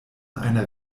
einer